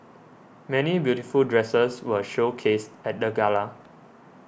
many beautiful dresses were showcased at the gala